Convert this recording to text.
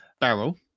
barrel